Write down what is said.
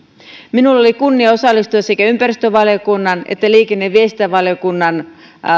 minulla oli kunnia osallistua sekä ympäristövaliokunnan että liikenne ja viestintävaliokunnan